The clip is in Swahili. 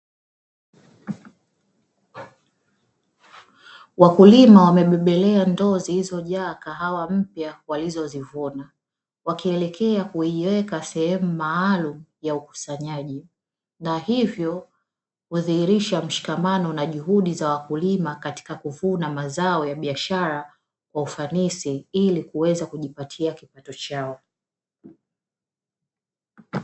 Wakulima wamebebelea ndoo zilizojaa kahawa mpya walizozivuna wakielekea kuziweka sehemu maalumu ya ukusanyaji, na hivyo kudhihirisha mshikamano na juhudi za wakulima katika kuvuna mazao ya biashara kwa ufanisi ili kuweza kujipatia kipato chao.